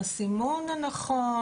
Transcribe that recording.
על הסימון הנכון,